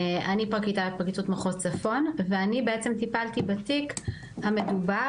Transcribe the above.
אני פרקליטה בפרקליטות מחוז צפון ואני בעצם טיפלתי בתיק המדובר,